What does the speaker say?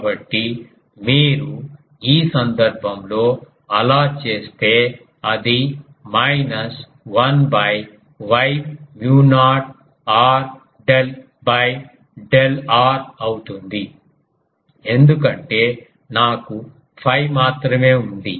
కాబట్టి మీరు ఈ సందర్భంలో అలా చేస్తే అది minus 1 mu not r del del r అవుతుంది ఎందుకంటే నాకు 𝛟 మాత్రమే ఉంది